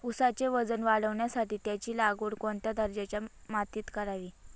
ऊसाचे वजन वाढवण्यासाठी त्याची लागवड कोणत्या दर्जाच्या मातीत करावी?